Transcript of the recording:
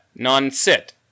non-sit